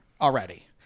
already